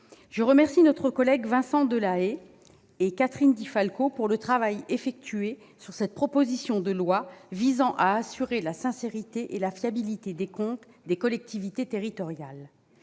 je remercie nos collègues Vincent Delahaye et Catherine Di Folco pour le travail effectué sur cette proposition de loi visant à assurer la sincérité et la fiabilité des comptes des collectivités territoriales.